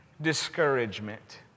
discouragement